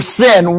sin